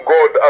God